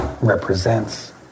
represents